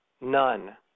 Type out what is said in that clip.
None